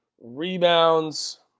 rebounds